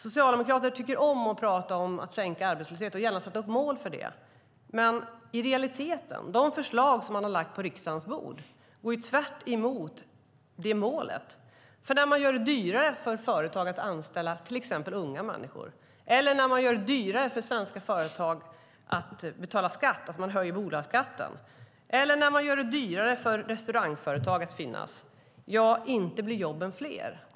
Socialdemokraterna tycker om att prata om att sänka arbetslösheten och vill gärna sätta upp mål för det. Men de förslag som man har lagt på riksdagens bord går i realiteten tvärtemot det målet. När man gör det dyrare för företag att anställa till exempel unga människor, när man gör det dyrare för svenska företag att betala skatt, därför att man höjer bolagsskatten, eller när man gör det dyrare för restaurangföretag att finnas, blir inte jobben fler.